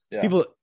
people